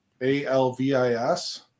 A-L-V-I-S